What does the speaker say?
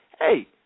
hey